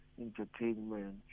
Entertainment